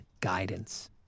guidance